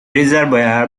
reservoir